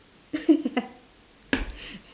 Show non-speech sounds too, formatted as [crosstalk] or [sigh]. [laughs]